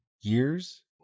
years